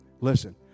Listen